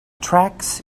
tracts